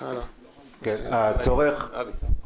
בבקשה.